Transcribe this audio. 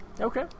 Okay